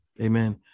Amen